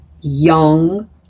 young